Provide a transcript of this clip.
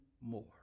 more